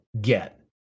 get